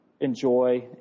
enjoy